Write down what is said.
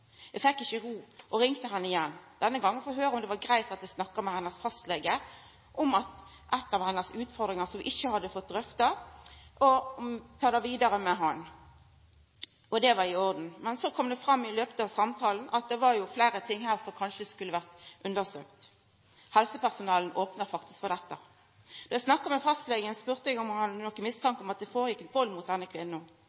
Eg fekk ikkje ro og ringde henne igjen, denne gongen for å høra om det var greitt at eg snakka med fastlegen hennar om ei av utfordringane hennar som vi ikkje hadde fått drøfta, og ta det vidare med han. Det var i orden. Så kom det fram i løpet av samtalen at det var fleire ting her som kanskje skulle ha vore undersøkt. Helsepersonelloven opnar faktisk for dette. Då eg snakka med fastlegen, spurde eg om han